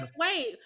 wait